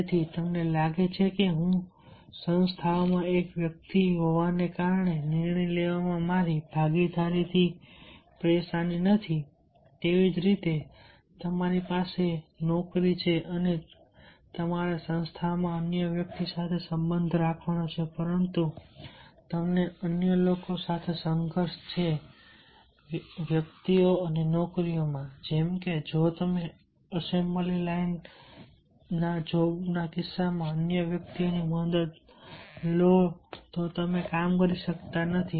તેથી તમને લાગે છે કે હું સંસ્થાઓમાં એક વ્યક્તિ હોવાને કારણે નિર્ણય લેવામાં મારી ભાગીદારીથી પરેશાન નથી તેવી જ રીતે તમારી પાસે નોકરી છે અને તમારે સંસ્થાઓમાં અન્ય વ્યક્તિઓ સાથે સંબંધ રાખવાનો છે પરંતુ તમને અન્ય લોકો સાથે સંઘર્ષ છે વ્યક્તિઓ અને નોકરીમાં જેમકે જો તમે એસેમ્બલી લાઇન જોબના કિસ્સામાં અન્ય વ્યક્તિઓની મદદ ન લો તો તમે કામ કરી શકતા નથી